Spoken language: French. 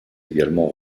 également